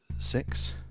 six